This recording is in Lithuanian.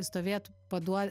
stovėt paduo